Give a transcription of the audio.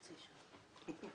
חצי שעה.